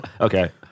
Okay